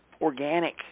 Organic